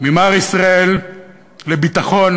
ממר ישראל לביטחון